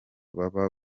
baba